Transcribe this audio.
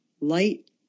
light